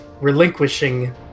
relinquishing